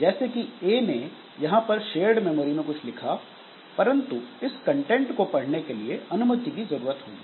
जैसे कि A ने यहां पर शेयर्ड मेमोरी में कुछ लिखा परंतु इस कंटेंट को पढ़ने के लिए अनुमति की जरूरत होगी